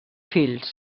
fills